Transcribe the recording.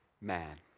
man